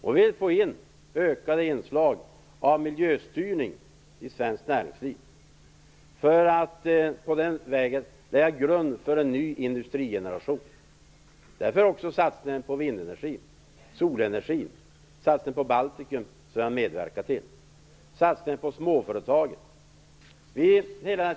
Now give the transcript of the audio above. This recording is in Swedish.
Vi vill få in ökade inslag av miljöstyrning i svenskt näringsliv, därför att det är en grund för en ny industrigeneration. Därför har vi också medverkat till satsningarna på vindenergi och solenergi samt på Baltikum och småföretagen.